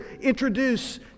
introduce